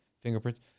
fingerprints